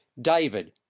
David